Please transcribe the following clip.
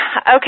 Okay